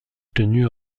tenu